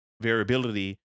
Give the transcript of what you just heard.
variability